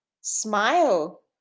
smile